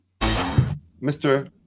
Mr